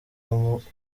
umurego